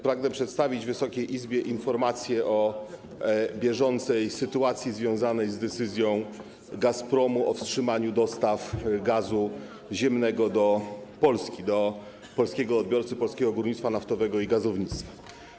Pragnę przedstawić Wysokiej Izbie informację o bieżącej sytuacji związanej z decyzją Gazpromu o wstrzymaniu dostaw gazu ziemnego do Polski, do polskiego odbiorcy, Polskiego Górnictwa Naftowego i Gazownictwa.